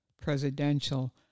presidential